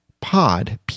pod